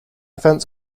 fence